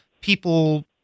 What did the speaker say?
people